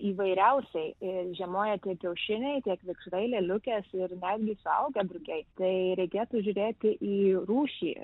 įvairiausiai ir žiemoja tiek kiaušiniai tiek vikšrai lėliukės ir netgi suaugę drugiai tai reikėtų žiūrėti į rūšį